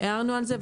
הערנו על זה.